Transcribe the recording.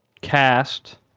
cast